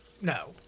no